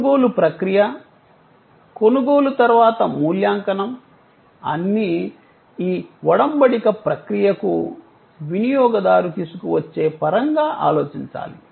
కొనుగోలు ప్రక్రియ కొనుగోలు తర్వాత మూల్యాంకనం అన్నీ ఈ వొడంబడిక ప్రక్రియకు వినియోగదారు తీసుకువచ్చే పరంగా ఆలోచించాలి